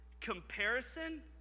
comparison